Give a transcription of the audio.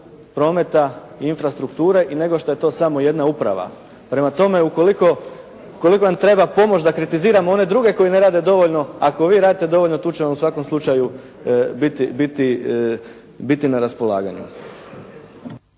prometa i infrastrukture i nego što je to samo jedna uprava. Prema tome ukoliko vam treba pomoć da kritiziramo one druge koji ne rade dovoljno, ako vi radite dovoljno tu ćemo u svakom slučaju biti na raspolaganju.